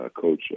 Coach